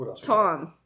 Tom